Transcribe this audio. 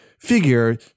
figure